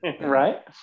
Right